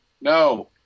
No